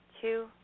two